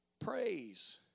praise